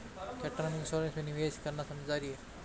क्या term insurance में निवेश करना समझदारी है?